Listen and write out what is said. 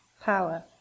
power